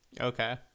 Okay